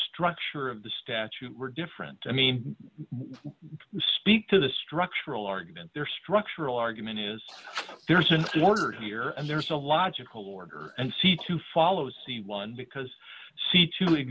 structure of the statute were different i mean speak to the structural argument there structural argument is there's an order here and there's a logical order and see to follow c one because see to